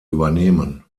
übernehmen